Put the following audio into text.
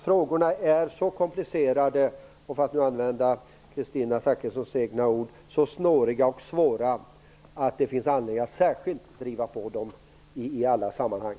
Frågorna är så komplicerade och - för att använda Kristina Zakrissons egna ord - så snåriga och svåra, att det finns anledning att särskilt driva på dem i alla sammanhang.